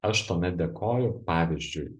aš tuomet dėkoju pavyzdžiui